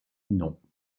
non